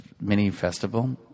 mini-festival